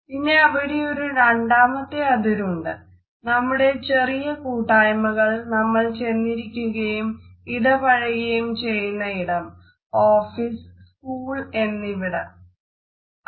പിന്നെ അവിടെയൊരു രണ്ടാമത്തെ അതിരുണ്ട് നമ്മുടെ ചെറിയ കൂട്ടായ്മകൾ നമ്മൾ ചെന്നിരിക്കുകയും ഇടപഴകുകയും ചെയ്യുന്നിടം- ഓഫീസ് സ്ക്കൂൾ തുടങ്ങിയവ